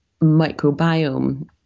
microbiome